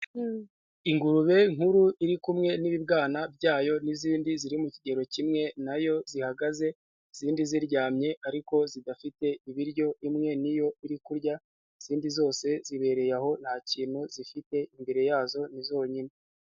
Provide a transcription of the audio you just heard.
Ingurube nkuru iri kumwe n'ibibwana byayo, n'izindi ziri mu kigero kimwe na yo zihagaze, izindi ziryamye, ariko zidafite ibiryo, imwe niyo iri kurya, izindi zose zibereye aho nta kintu zifite imbere yazo ni zonyine.